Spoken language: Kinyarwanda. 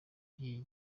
by’igihe